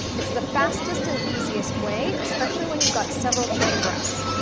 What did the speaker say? it's the fastest and easiest way, especially when you've got several chicken breasts.